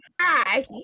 hi